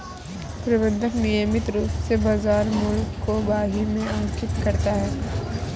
प्रबंधक नियमित रूप से बाज़ार मूल्य को बही में अंकित करता है